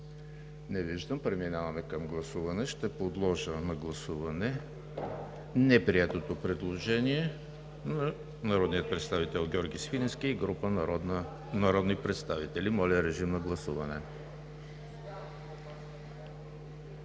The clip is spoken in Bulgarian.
Не виждам. Преминаваме към гласуване. Ще подложа на гласуване неприетото предложение на народния представител Георги Свиленски и група народни представители. Гласували